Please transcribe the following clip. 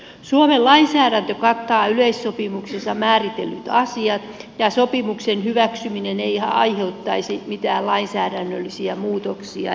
suomen lainsäädäntö kattaa yleissopimuksessa määritellyt asiat ja sopimuksen hyväksyminen ei aiheuttaisi mitään lainsäädännöllisiä muutoksia